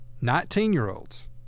Nineteen-year-olds